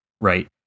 Right